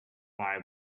via